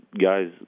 guys